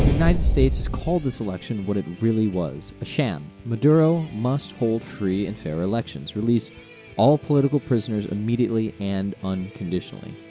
united states has called this election what it really was a sham maduro must hold free and fair elections, and release all political prisoners immediately and unconditionally.